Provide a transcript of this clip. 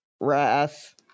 wrath